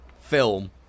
film